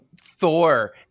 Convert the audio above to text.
Thor